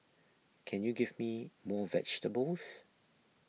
can you give me more vegetables